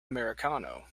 americano